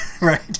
right